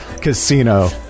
casino